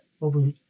over